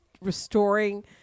restoring